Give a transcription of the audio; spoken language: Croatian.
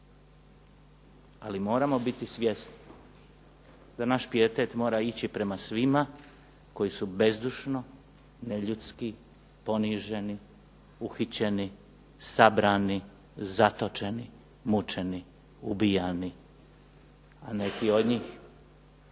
Ali moramo biti svjesni da naš prioritet mora ići prema svima koji su bezdušno, neljudski poniženi, uhićeni, sabrani, zatočeni, mučeni, ubijani, a neki od njih